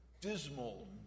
dismal